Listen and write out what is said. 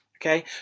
okay